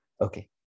okay